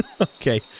Okay